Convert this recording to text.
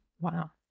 wow